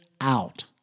out